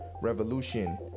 Revolution